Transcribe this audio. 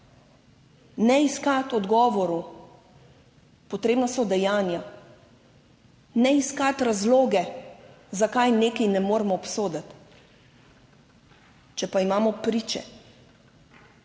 ne iskati odgovorov, potrebna so dejanja, ne iskati razloge zakaj nekaj ne moremo obsoditi, če pa imamo priče,